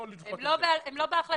לא כל ה-8,000 בהחלטה.